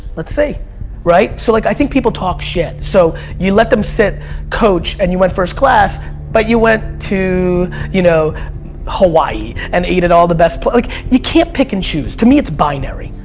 let's see right? so like i think people talk shit. so you let them sit coach and you went first class but you went to you know hawaii and ate at all the best. but like you can't pick and choose. to me it's binary.